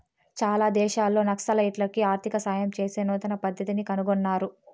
చాలా దేశాల్లో నక్సలైట్లకి ఆర్థిక సాయం చేసే నూతన పద్దతిని కనుగొన్నారు